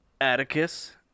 Atticus